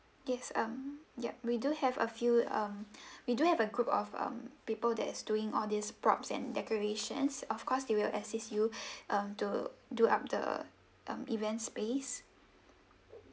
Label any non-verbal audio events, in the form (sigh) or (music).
yes um ya we do have a few um (breath) we do have a group of um people that is doing all these props and decorations of course they will assist you (breath) um to do up the um event space